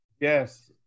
yes